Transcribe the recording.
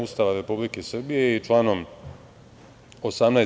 Ustava Republike Srbije i članom 18.